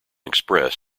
express